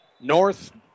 North